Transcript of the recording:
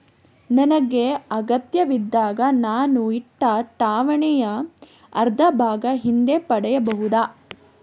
ನನಗೆ ಅಗತ್ಯವಿದ್ದಾಗ ನಾನು ಇಟ್ಟ ಠೇವಣಿಯ ಅರ್ಧಭಾಗ ಹಿಂದೆ ಪಡೆಯಬಹುದಾ?